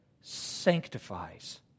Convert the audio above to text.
sanctifies